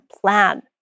plan